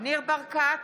ניר ברקת,